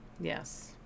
Yes